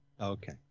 Okay